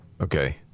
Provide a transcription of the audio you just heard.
okay